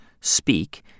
speak